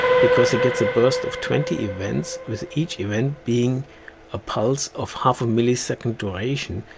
because it gets a burst of twenty events, with each event being a pulse of half a millisecond duration,